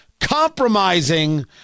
compromising